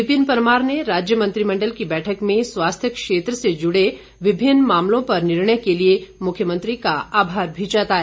विपिन परमार ने राज्य मंत्रिमंडल की बैठक में स्वास्थ्य क्षेत्र से जुड़े विभिन्न मामलों पर निर्णय के लिए मुख्यमंत्री का आभार भी जताया